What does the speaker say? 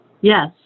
Yes